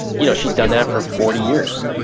you know she's done that for forty years.